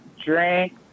drink